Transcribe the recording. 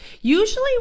usually